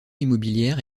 immobilière